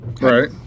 Right